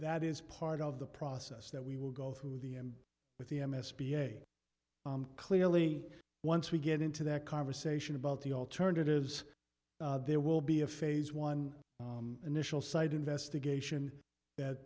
that is part of the process that we will go through the end with the m s p a clearly once we get into that conversation about the alternatives there will be a phase one initial site investigation that